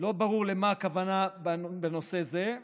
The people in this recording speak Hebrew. לא ברור למה הכוונה בנושא זה,